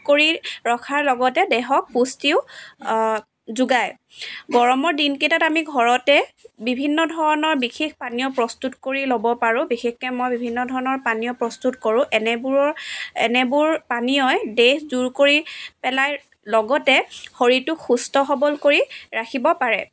কৰি ৰখাৰ লগতে দেহক পুষ্টিও যোগায় গৰমৰ দিনকেইটাত আমি ঘৰতে বিভিন্ন ধৰণৰ বিশেষ পানীয় প্ৰস্তুত কৰি ল'ব পাৰোঁ বিশেষকৈ মই বিভিন্ন ধৰণৰ পানীয় প্ৰস্তুত কৰোঁ এনেবোৰৰ এনেবোৰ পানীয়ই দেহ জুৰ কৰি পেলায় লগতে শৰীৰটোক সুস্থ সবল কৰি ৰাখিব পাৰে